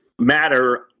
matter